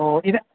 ओ इदम्